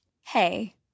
hey